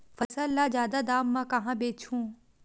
फसल ल जादा दाम म कहां बेचहु?